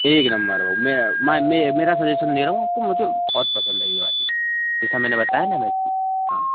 एक नंबर भाऊ म मैं मेरा सजेशन दे रहा हूँ आपको मुझे बहुत पसंद है यह वाली जैसा मैंने बताया ना मैं हाँ